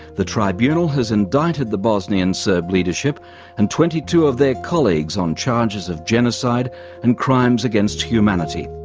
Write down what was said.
the tribunal has indicted the bosnian serb leadership and twenty two of their colleagues on charges of genocide and crimes against humanity.